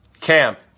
camp